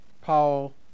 Paul